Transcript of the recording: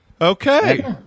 Okay